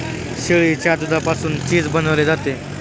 शेळीच्या दुधापासून चीज बनवले जाते